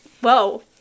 whoa